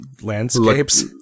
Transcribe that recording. landscapes